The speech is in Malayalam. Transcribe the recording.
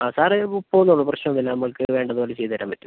ആ സാറ് പോന്നോളു പ്രശ്നോന്നും ഇല്ല നമ്മൾക്ക് വേണ്ടത് പോലെയെല്ലാം ചെയ്ത് തരാൻ പറ്റും